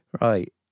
Right